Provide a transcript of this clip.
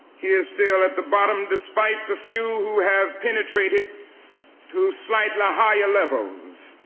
he is still at the bottom, despite the few who have penetrated to slightly higher levels.